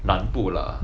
南部啦